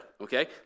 Okay